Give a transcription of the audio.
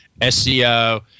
SEO